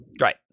Right